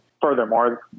furthermore